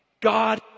God